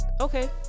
okay